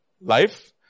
life